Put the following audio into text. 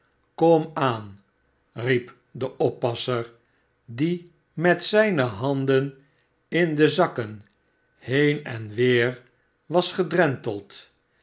kom aan riep de oppasser die met zijne handenm zijne zakken heen en weer had